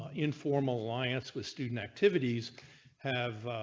informal alliance with student activities have.